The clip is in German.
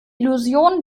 illusion